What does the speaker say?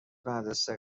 مدرسه